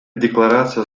декларация